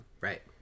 Right